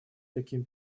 таким